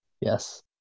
Yes